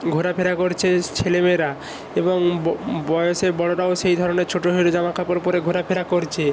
ঘোরাফেরা করছে ছেলে মেয়েরা এবং বয়সে বড়োরাও সেই ধরনের ছোটো ছোটো জামা কাপড় পরে ঘোরাফেরা করছে